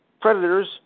Predators